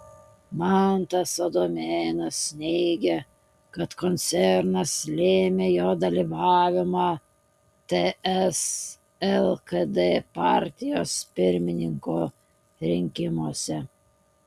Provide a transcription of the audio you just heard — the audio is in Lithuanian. mantas adomėnas neigia kad koncernas lėmė jo dalyvavimą ts lkd partijos pirmininko rinkimuose